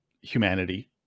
humanity